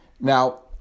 Now